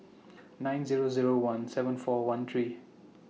nine Zero Zero one seven four one three